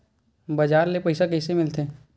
बजार ले पईसा कइसे मिलथे?